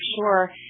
sure